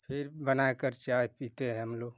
फ़िर बनाकर चाय पीते हैं हम लोग